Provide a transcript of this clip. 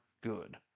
good